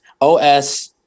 O-S